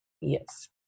Yes